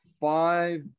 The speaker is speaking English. five